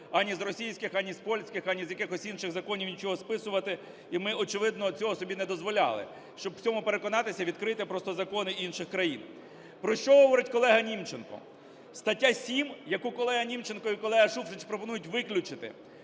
ані з російських, ані з польських, ані з якихось інших законів нічого списувати. І ми, очевидно, цього собі не дозволяли. Щоб в цьому переконатися, відкрийте просто закони інших країни. Про що говорить колегаНімченко. Стаття 7, яку колега Німченко і колега Шуфрич пропонують виключити,